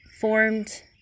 formed